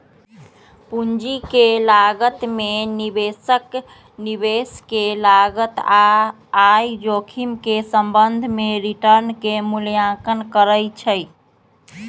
पूंजी के लागत में निवेशक निवेश के लागत आऽ जोखिम के संबंध में रिटर्न के मूल्यांकन करइ छइ